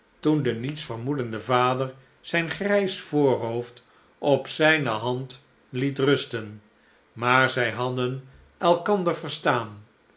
toen de niets vermoedende vader zijn grijs hoofd op zijne hand liet rusten maar zij hadden elkander verstaan